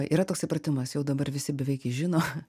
yra toksai pratimas jau dabar visi beveik jį žino